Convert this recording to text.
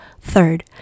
third